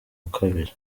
ukabije